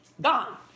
gone